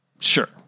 sure